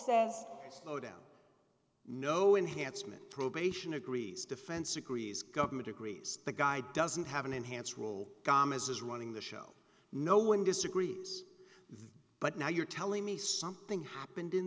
says slow down no enhanced with probation agrees defense agrees government agrees the guy doesn't have an enhanced role as is running the show no one disagrees but now you're telling me something happened in